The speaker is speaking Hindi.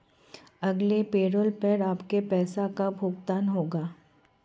अगले पैरोल पर आपके पैसे का भुगतान होगा